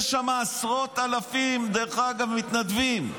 יש שם עשרות אלפים מתנדבים,